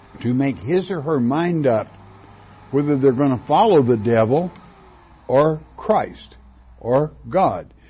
to make his or her mind up whether they're gonna follow the devil or christ or god.